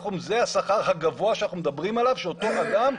זה השכר הגבוה שאנחנו מדברים עליו שאותו אדם,